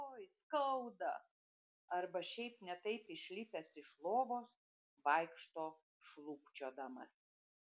oi skauda arba šiaip ne taip išlipęs iš lovos vaikšto šlubčiodamas